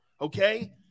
okay